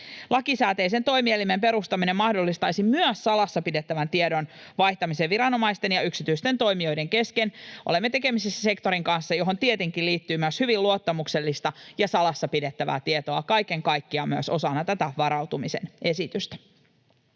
Lakisääteisen toimielimen perustaminen mahdollistaisi myös salassa pidettävän tiedon vaihtamisen viranomaisten ja yksityisten toimijoiden kesken. Olemme tekemisissä sektorin kanssa, johon tietenkin liittyy myös hyvin luottamuksellista ja salassa pidettävää tietoa kaiken kaikkiaan, myös osana tätä varautumisen esitystä.